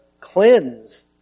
cleanse